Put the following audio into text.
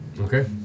Okay